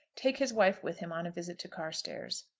take his wife with him on a visit to carstairs.